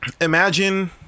imagine